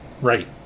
right